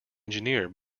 engineer